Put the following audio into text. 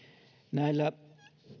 näillä